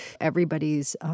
everybody's, –